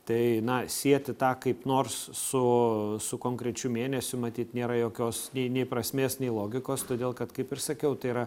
tai na sieti tą kaip nors su su konkrečiu mėnesiu matyt nėra jokios nei nei prasmės nei logikos todėl kad kaip ir sakiau tai yra